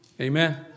Amen